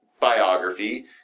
biography